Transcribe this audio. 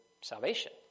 salvation